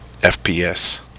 FPS